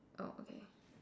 oh okay